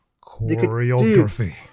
choreography